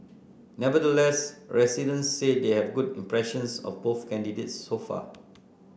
nevertheless residents said they have good impressions of both candidates so far